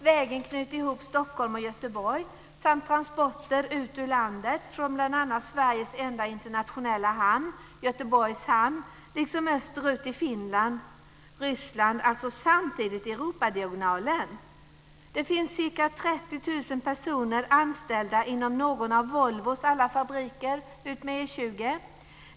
Vägen knyter ihop Stockholm och Göteborg samt transporter ut ur landet från bl.a. Sveriges enda internationella hamn, Göteborgs hamn, liksom österut till Det finns ca 30 000 personer anställda inom någon av Volvos alla fabriker utmed E 20.